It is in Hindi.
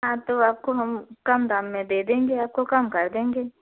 हाँ तो आपको हम कम दाम में दे देंगे आपको कम कर देंगे